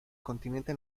continente